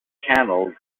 channels